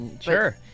Sure